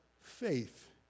faith